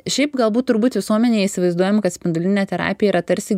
šiaip galbūt turbūt visuomenėje įsivaizduojam kad spindulinė terapija yra tarsi